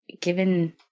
given